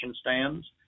stands